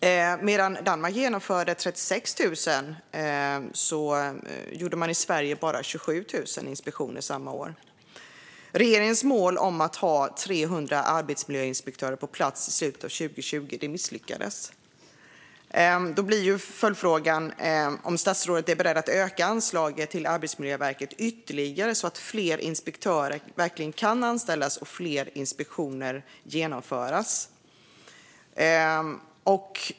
Samma år som Danmark gjorde 36 000 inspektioner gjorde Sverige bara 27 000. Regeringens mål om att ha 300 arbetsmiljöinspektörer på plats i slutet av 2020 nåddes inte. Är statsrådet beredd att öka anslaget till Arbetsmiljöverket ytterligare så att fler inspektörer kan anställas och fler inspektioner genomföras?